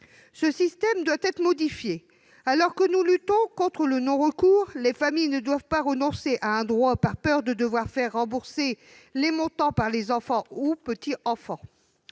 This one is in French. Ce système doit être modifié. Alors que nous luttons contre le non-recours, les familles ne doivent pas renoncer à un droit par peur que leurs enfants ou petits-enfants